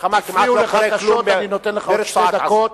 הפריעו לך קשות, אני נותן לך עוד שתי דקות.